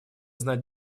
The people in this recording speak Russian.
знать